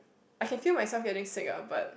I can feel myself getting sick ah but